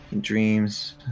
Dreams